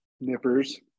nippers